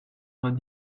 vingt